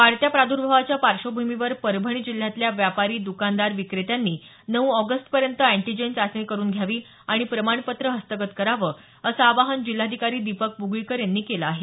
वाढत्या प्रादूर्भावाच्या पार्श्वभूमीवर जिल्ह्यातल्या व्यापारी द्कानदार विक्रेत्यांनी नऊ ऑगस्टपर्यंत एन्टीजन चाचणी करून घ्यावी आणि प्रमाणपत्र हस्तगत करावं असं आवाहन जिल्हाधिकारी दीपक मुगळीकर यांनी केलं आहे